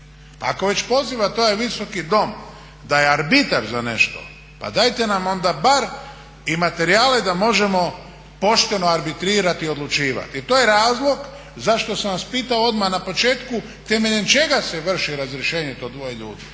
ako već pozivate ovaj Visoki dom da je arbitar za nešto pa dajte nam onda bar i materijale da možemo pošteno arbitrirati i odlučivati. To je razlog zašto sam vas pitao odmah na početku temeljem čega se vrši razrješenje to dvoje ljudi.